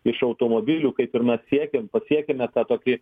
iš automobilių kaip ir mes siekėm pasiekiame tą tokį